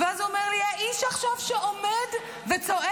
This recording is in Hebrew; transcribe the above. ואז הוא אומר לי: האיש עכשיו שעומד וצועק,